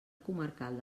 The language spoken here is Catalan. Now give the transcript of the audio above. comarcal